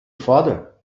father